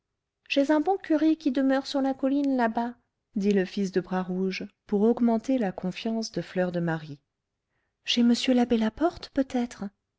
chez un bon curé qui demeure sur la colline là-bas dit le fils de bras rouge pour augmenter la confiance de fleur de marie chez m l'abbé laporte peut-être